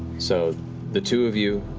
so the two of you.